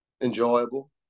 enjoyable